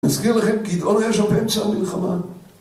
מזכיר לכם כי אור(?) היה שם באמצע המלחמה